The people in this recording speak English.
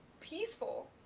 peaceful